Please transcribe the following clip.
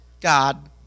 God